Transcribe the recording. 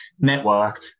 network